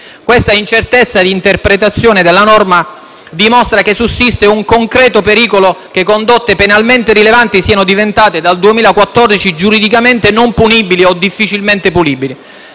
questa incertezza di interpretazione della norma dimostra che sussiste un concreto pericolo che condotte penalmente rilevanti siano diventate dal 2014 giuridicamente non punibili o difficilmente punibili;